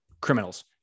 criminals